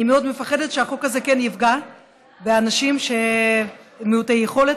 אני מאוד מפחדת שהחוק הזה כן יפגע באנשים מעוטי יכולת,